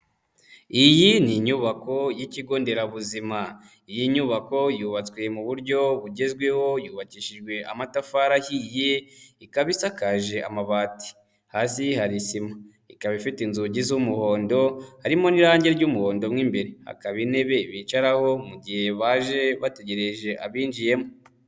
Iyi ni inyubako y'ikigo nderabuzima. Iyi nyubako yubatswe mu buryo bugezweho, yubakishijwe amatafari ahiye, ikaba isakaje amabati. Hasi hari isima. Ikaba ifite inzugi z'umuhondo, harimo n'irangi ry'umuhondo mo imbere. Hakaba intebe bicaraho mu gihe baje bategereje abinjiyemo.